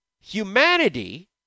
humanity